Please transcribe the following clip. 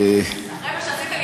אחרי מה שעשית לי,